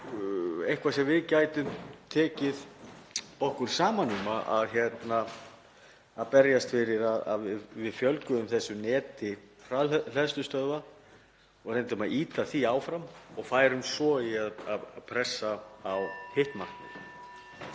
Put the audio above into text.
eitthvað sem við gætum tekið okkur saman um að berjast fyrir, að við fjölguðum í þessu neti hraðhleðslustöðva og reyndum að ýta því áfram og færum svo í að pressa á hitt